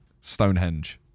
stonehenge